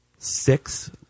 Six